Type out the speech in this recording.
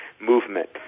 movement